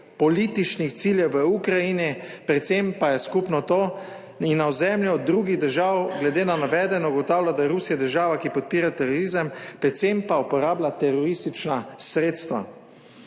političnih ciljev v Ukrajini. Predvsem pa je skupno to, in na ozemlju drugih držav, glede na navedeno ugotavlja, da je Rusija država, ki podpira terorizem, predvsem pa uporablja teroristična sredstva.